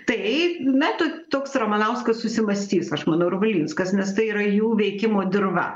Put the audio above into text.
tai ne tu toks ramanauskas susimąstys aš manau ir valinskas nes tai yra jų veikimo dirva